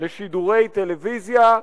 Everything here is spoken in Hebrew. לשידורי טלוויזיה,